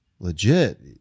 legit